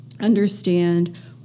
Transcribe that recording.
understand